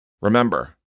Remember